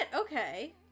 okay